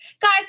guys